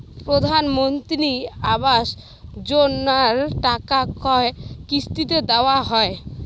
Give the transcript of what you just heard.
প্রধানমন্ত্রী আবাস যোজনার টাকা কয় কিস্তিতে দেওয়া হয়?